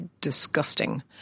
disgusting